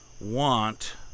want